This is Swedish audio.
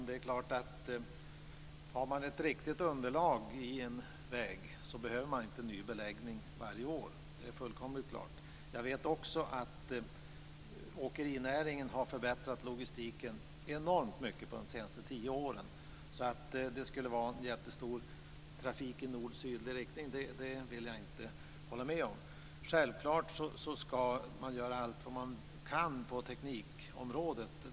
Fru talman! Har man ett riktigt underlag i en väg behöver man inte ny beläggning varje år. Det är fullkomligt klart. Jag vet också att åkerinäringen har förbättrat logistiken enormt mycket de senaste tio åren. Att det skulle vara jättemycket trafik i nordsydlig riktning vill jag inte hålla med om. Självklart ska man göra allt man kan på teknikområdet.